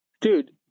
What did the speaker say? Dude